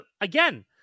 again